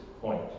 point